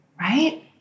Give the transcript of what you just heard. Right